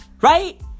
Right